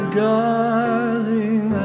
darling